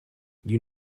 you